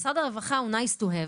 משרד הרווחה הוא nice to have,